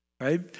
right